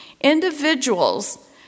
Individuals